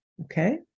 Okay